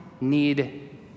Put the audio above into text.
need